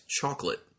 chocolate